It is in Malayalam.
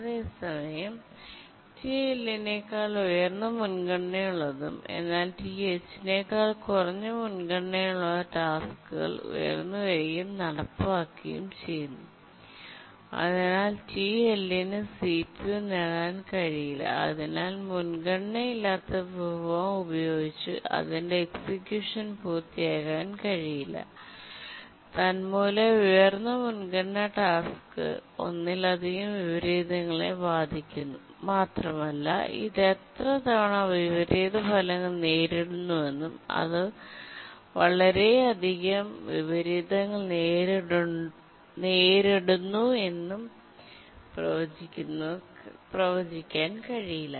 അതേസമയം ടിഎല്ലിനേക്കാൾ ഉയർന്ന മുൻഗണനയുള്ളതും എന്നാൽ ടിഎച്ചിനേക്കാൾ കുറഞ്ഞ മുൻഗണനയുള്ളതുമായ ടാസ്ക്കുകൾ ഉയർന്നുവരികയും നടപ്പാക്കുകയും ചെയ്യുന്നു അതിനാൽ ടിഎല്ലിന് സിപിയു നേടാൻ കഴിയില്ല അതിനാൽ മുൻഗണനയില്ലാത്ത വിഭവം ഉപയോഗിച്ച് അതിന്റെ എക്സിക്യൂഷൻ പൂർത്തിയാക്കാൻ കഴിയില്ല തന്മൂലം ഉയർന്ന മുൻഗണനാ ടാസ്ക് ഒന്നിലധികം വിപരീതങ്ങളെ ബാധിക്കുന്നു മാത്രമല്ല ഇത് എത്ര തവണ വിപരീതഫലങ്ങൾ നേരിടുന്നുവെന്നും അത് വളരെയധികം വിപരീതങ്ങൾ നേരിടുന്നുണ്ടെന്നും പ്രവചിക്കാൻ കഴിയില്ല